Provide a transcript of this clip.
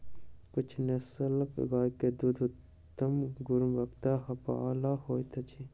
किछ नस्लक गाय के दूध उत्तम गुणवत्ता बला होइत अछि